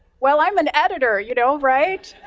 well, i'm an editor, you know, right?